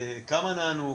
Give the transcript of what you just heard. כמה נענו,